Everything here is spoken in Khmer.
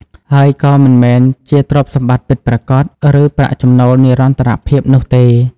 ហើយក៏មិនមែនជាទ្រព្យសម្បត្តិពិតប្រាកដ ឬប្រាក់ចំណូលនិរន្តរភាពនោះទេ។